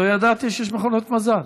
לא ידעתי שיש מכונות מזל.